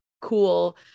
cool